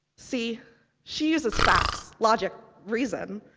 see she uses facts, logic, reason.